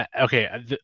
Okay